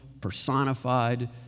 personified